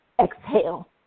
exhale